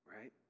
Right